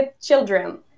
children